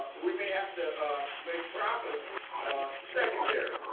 we may have to make profits secondary.